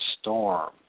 storm